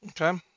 Okay